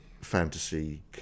fantasy